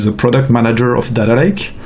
ah product manager of data lake,